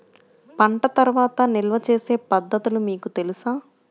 పంట తర్వాత నిల్వ చేసే పద్ధతులు మీకు తెలుసా?